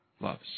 loves